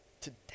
Today